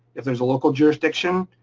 if there's a local jurisdiction,